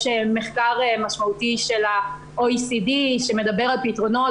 יש מחקר משמעותי של ה-OECD, שמדבר על פתרונות.